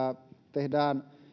tehdään